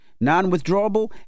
Non-withdrawable